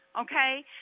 okay